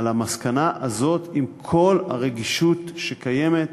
על המסקנה הזאת, עם כל הרגישות שקיימת